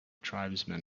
tribesmen